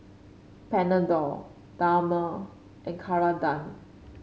Panadol Dermale and Ceradan